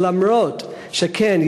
למרות שכן,